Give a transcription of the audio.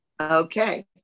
Okay